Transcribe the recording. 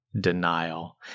denial